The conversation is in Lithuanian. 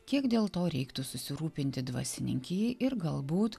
kiek dėl to reiktų susirūpinti dvasininkijai ir galbūt